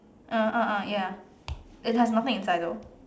uh (uh huh) ya it has nothing inside though